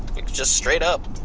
it's just straight up.